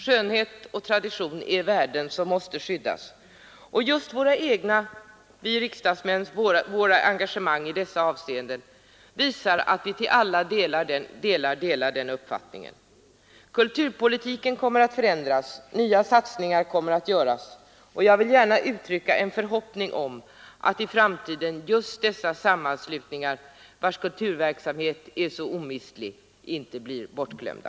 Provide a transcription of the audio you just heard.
Skönhet och tradition är värden som måste skyddas, och just riksdagsmännens, dvs. våra egna, engagemang i dessa avseenden visar att vi delar den uppfattningen. Kulturpolitiken kommer att förändras och nya satsningar kommer att göras, och jag vill här gärna uttrycka den förhoppningen att i framtiden dessa sammanslutningar, vilkas kulturverksamhet är så omistlig, inte blir bortglömda.